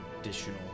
additional